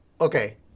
Okay